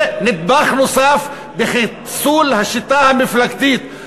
זה נדבך נוסף בחיסול השיטה המפלגתית,